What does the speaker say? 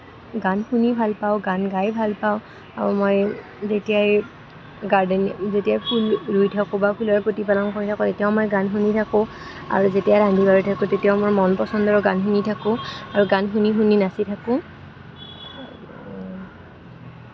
গান শুনি ভাল পাওঁ গান গাই ভাল পাওঁ আৰু মই যেতিয়াই গাৰ্ডেনিং যেতিয়া ফুল ৰুই থাকোঁ বা ফুলৰ প্ৰতিপালন কৰি থাকোঁ তেতিয়াও মই গান শুনি থাকোঁ আৰু যেতিয়া ৰান্ধি বাঢ়ি থাকোঁ তেতিয়াও মই মনটো ভাল লগা গান শুনি থাকোঁ আৰু গান শুনি শুনি নাচি থাকোঁ